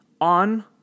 on